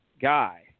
guy